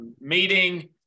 meeting